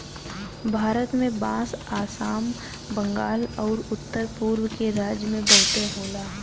भारत में बांस आसाम, बंगाल आउर उत्तर पुरब के राज्य में बहुते होला